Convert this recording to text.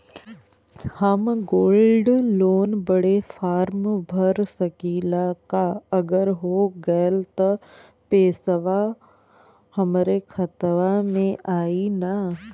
हम gold loan बड़े form भर सकी ला का अगर हो गैल त पेसवा हमरे खतवा में आई ना?